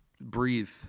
breathe